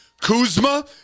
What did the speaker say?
Kuzma